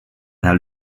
teha